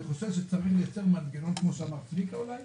אני חושב שצריך לייצר מנגנון כפי שהציע צביקה האוזר,